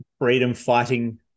freedom-fighting